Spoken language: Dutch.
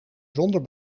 zonder